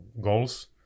goals